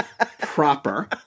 proper